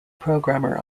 programmer